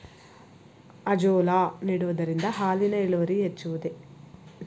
Azolla ನೀಡುವುದರಿಂದ ಹಾಲಿನ ಇಳುವರಿ ಹೆಚ್ಚುವುದೇ?